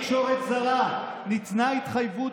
בתקשורת ישראלית ובתקשורת הזרה: ניתנה התחייבות